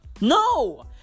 No